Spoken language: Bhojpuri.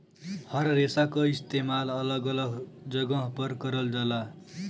हर रेसा क इस्तेमाल अलग अलग जगह पर करल जाला